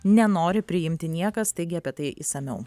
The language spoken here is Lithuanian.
nenori priimti niekas taigi apie tai išsamiau